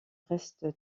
reste